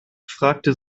fragte